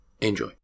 Enjoy